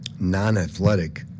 non-athletic